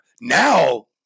now